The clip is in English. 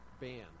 band